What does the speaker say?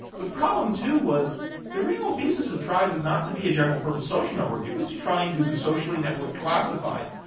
but problem two was the thesis of tribe was not to be a general-purpose social network. it was to try and do the socially networked classifieds.